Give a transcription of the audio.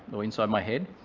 or inside my head.